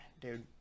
dude